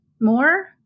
more